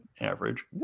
average